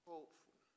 Hopeful